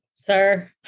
sir